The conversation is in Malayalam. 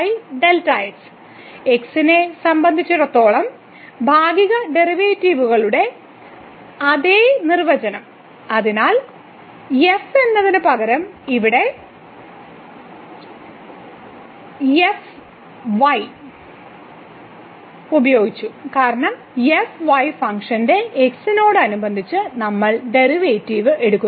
നിങ്ങൾക്ക് ഉണ്ട് X നെ സംബന്ധിച്ചിടത്തോളം ഭാഗിക ഡെറിവേറ്റീവുകളുടെ അതേ നിർവചനം അതിനാൽ f എന്നതിനുപകരം നമ്മൾ ഇവിടെ ഉപയോഗിച്ചു കാരണം ഫംഗ്ഷന്റെ x നോട് അനുബന്ധിച്ച് നമ്മൾ ഡെറിവേറ്റീവ് എടുക്കുന്നു